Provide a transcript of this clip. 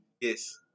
Yes